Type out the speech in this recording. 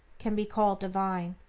can be called divine.